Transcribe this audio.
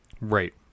Right